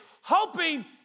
hoping